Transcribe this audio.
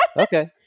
Okay